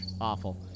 Awful